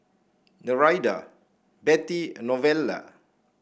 Nereida Bettie and Novella